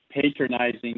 patronizing